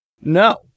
No